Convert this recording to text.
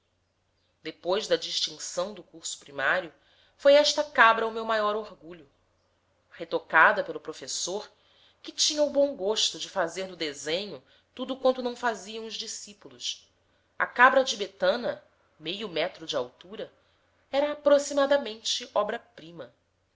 depois da distinção do curso primário foi esta cabra o meu maior orgulho retocada pelo professor que tinha o bom gosto de fazer no desenho tudo quanto não faziam os discípulos a cabra tibetana meio metro de altura era aproximadamente